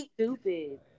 stupid